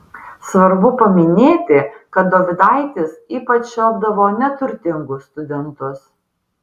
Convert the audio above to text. svarbu paminėti kad dovydaitis ypač šelpdavo neturtingus studentus